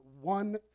one